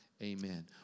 Amen